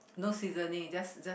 no seasoning just just